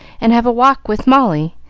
and have a walk with molly,